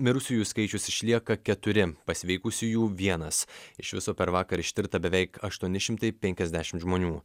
mirusiųjų skaičius išlieka keturi pasveikusiųjų vienas iš viso per vakar ištirta beveik aštuoni šimtai penkiasdešimt žmonių